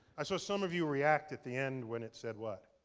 i saw some of you react at the end when it said, what?